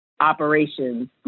operations